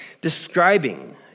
describing